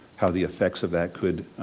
how the effects of that could,